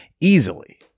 easily